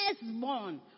firstborn